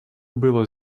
было